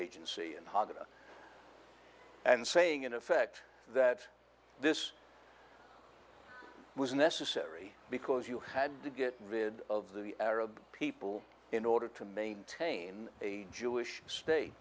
agency and haga and saying in effect that this was necessary because you had to get rid of the arab people in order to maintain a jewish state